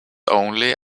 only